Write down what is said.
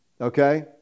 Okay